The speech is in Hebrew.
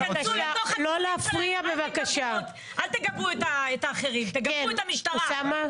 אל תגבו את האחרים, תגבו את המשטרה.